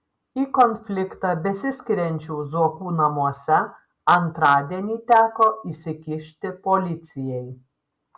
į konfliktą besiskiriančių zuokų namuose antradienį teko įsikišti policijai